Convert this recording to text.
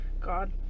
god